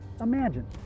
Imagine